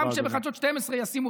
גם כשבחדשות 12 ישימו,